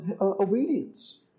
obedience